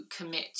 commit